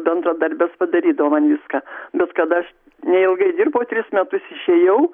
bendradarbės padarydavo man viską bet kada aš neilgai dirbau tris metus išėjau